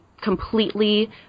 completely